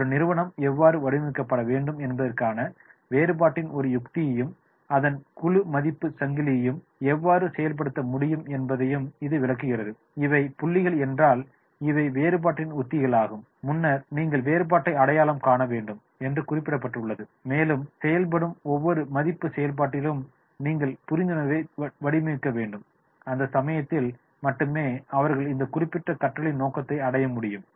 ஒரு நிறுவனம் எவ்வாறு வடிவமைக்கப்பட வேண்டும் என்பதற்கான வேறுபாட்டின் ஒரு யுக்தியும் அதன் முழு மதிப்புச் சங்கிலியையும் எவ்வாறு செயல்படுத்த முடியும் என்பதை இது விளக்குகிறது இவை புள்ளிகள் என்றால் இவை வேறுபாட்டின் உத்திகளாகும் முன்னர் நீங்கள் வேறுபாட்டை அடையாளம் காண வேண்டும் என்று குறிப்பிடப்பட்டுள்ளது மேலும் செயல்படும் ஒவ்வொரு மதிப்பு செயல்பாட்டிலும் நீங்கள் புரிந்துணர்வை வடிவமைக்க வேண்டும் அந்த சமயத்தில் மட்டுமே அவர்கள் இந்த குறிப்பிட்ட கற்றலின் நோக்கத்தை அடைய முடியும்